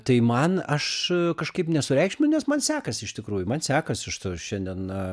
tai man aš kažkaip nesureikšminęs man sekasi iš tikrųjų man sekasi užtai ir šiandien